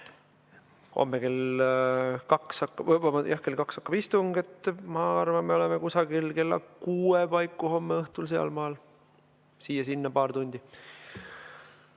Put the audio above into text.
homme kell kaks, siis ma arvan, et oleme kusagil kella kuue paiku homme õhtul sealmaal, siia-sinna paar tundi.